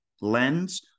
lens